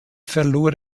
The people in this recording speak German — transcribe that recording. verlor